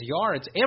yards